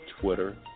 Twitter